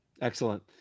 Excellent